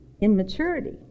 immaturity